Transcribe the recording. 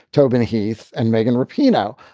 tobin heath and megan rapinoe.